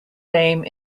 name